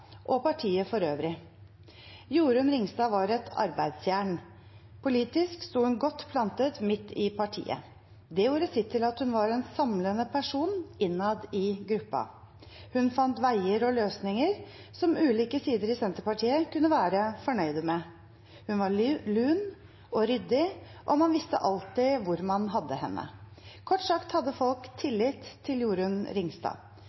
og partiet for øvrig. Jorunn Ringstad var et arbeidsjern. Politisk sto hun godt plantet midt i partiet. Det gjorde sitt til at hun var en samlende person innad i gruppen. Hun fant veier og løsninger som ulike sider i Senterpartiet kunne være fornøyd med. Hun var lun og ryddig, og man visste alltid hvor man hadde henne. Kort sagt hadde folk tillit til Jorunn Ringstad.